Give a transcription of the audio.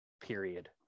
period